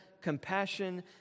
compassion